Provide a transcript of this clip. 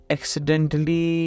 Accidentally